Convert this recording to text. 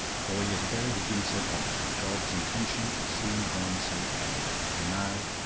four years ago he had been so confident god's intention seemed then so plain. and now?